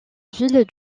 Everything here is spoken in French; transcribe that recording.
ville